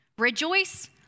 Rejoice